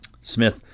Smith